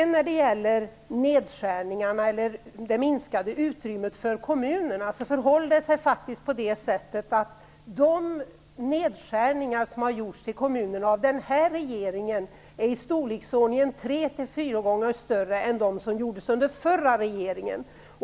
När det gäller det minskade utrymmet för kommunerna förhåller det sig faktiskt på det sättet att de nedskärningar som har gjorts i kommunerna av den här regeringen är i storleksordningen tre fyra gånger större än de som gjordes av den förra regeringen.